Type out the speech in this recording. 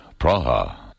Praha